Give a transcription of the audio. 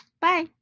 Bye